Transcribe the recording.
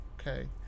Okay